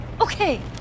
okay